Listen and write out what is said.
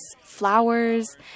flowers